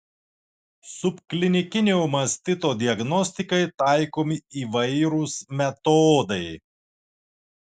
subklinikinio mastito diagnostikai taikomi įvairūs metodai